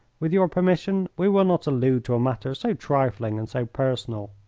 with your permission we will not allude to a matter so trifling and so personal.